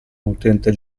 utente